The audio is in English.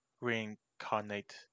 reincarnate